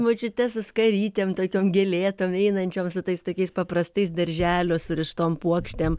močiutes su skarytėm tokiom gėlėtom einančiom su tais tokiais paprastais darželio surištom puokštėm